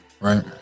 right